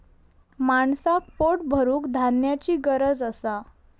माणसाक पोट भरूक धान्याची गरज असा